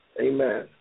amen